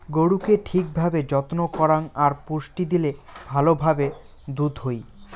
গরুকে ঠিক ভাবে যত্ন করাং আর পুষ্টি দিলে ভালো ভাবে দুধ হই